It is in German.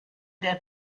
der